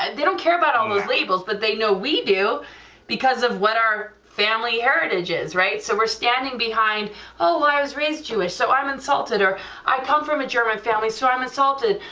and they don't care about all those labels, but they know we do because of what our family heritages right, so we're standing behind oh i was raised jewish, so i'm insulted or i come from a german family so i'm insulted,